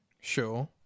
sure